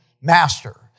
master